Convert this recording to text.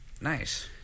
Nice